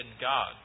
God